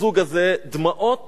הזוג הזה, דמעות